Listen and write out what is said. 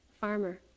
farmer